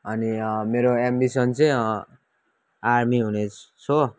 अनि मेरो एम्बिसन चाहिँ आर्मी हुने छो